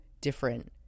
different